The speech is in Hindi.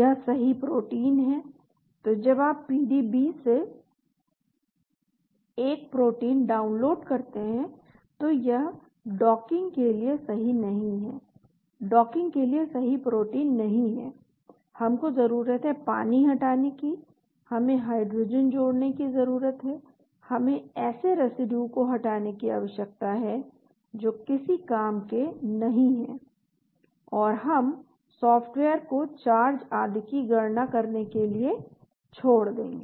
यह सही प्रोटीन है तो जब आप पीडीबी से एक प्रोटीन डाउनलोड करते हैं तो यह डॉकिंग के लिए सही प्रोटीन नहीं है हमको जरूरत है पानी हटाने की हमें हाइड्रोजन जोड़ने की जरूरत है हमें ऐसे रेसिड्यू को हटाने की आवश्यकता है जो किसी काम के नहीं हैं और फिर हम सॉफ़्टवेयर को चार्ज आदि की गणना करने के लिए छोड़ देंगे